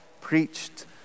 preached